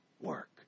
work